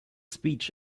speech